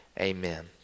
Amen